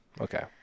Okay